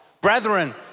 Brethren